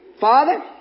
Father